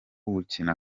gukina